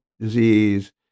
disease